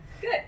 Good